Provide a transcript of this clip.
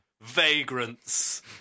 vagrants